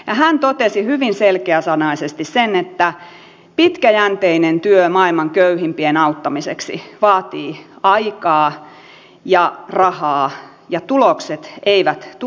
hän totesi hyvin selkeäsanaisesti sen että pitkäjänteinen työ maailman köyhimpien auttamiseksi vaatii aikaa ja rahaa ja tulokset eivät tule hetkessä